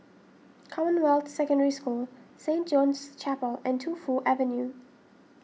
Commonwealth Secondary School Saint John's Chapel and Tu Fu Avenue